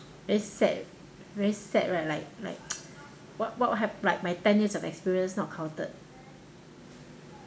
very sad very sad right like like what what have like my ten years of experience not counted